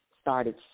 started